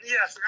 Yes